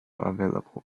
available